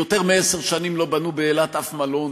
כי יותר מעשר שנים לא בנו באילת אף מלון,